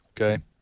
Okay